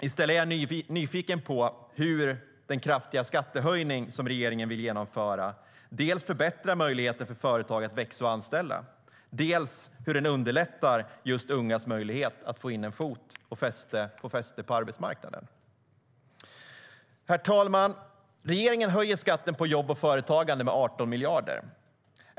Jag är nyfiken på hur den kraftiga skattehöjning som regeringen vill genomföra dels förbättrar möjligheten för företag att växa och anställa, dels underlättar just ungas möjlighet att få in en fot och få fäste på arbetsmarknaden. Herr talman! Regeringen höjer skatten på jobb och företagande med 18 miljarder.